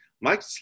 Mike